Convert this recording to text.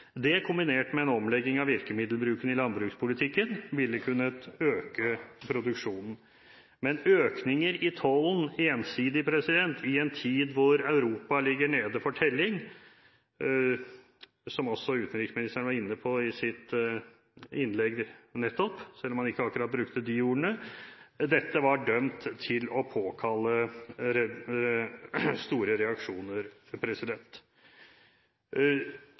det, kombinert med en omlegging av virkemiddelbruken i landbrukspolitikken, ville kunnet øke produksjonen. Men med økninger i tollen ensidig i en tid da Europa ligger nede for telling, som også utenriksministeren var inne på i sin redegjørelse nettopp, selv om han ikke akkurat brukte de ordene, var dette dømt til å påkalle store reaksjoner.